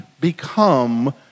become